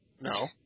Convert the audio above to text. no